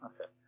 Okay